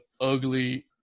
ugly